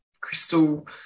crystal